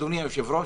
אדוני היושב-ראש?